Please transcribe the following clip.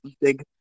big